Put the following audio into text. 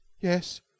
Yes